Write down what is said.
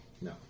No